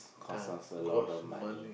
times cost month